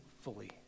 fully